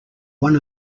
one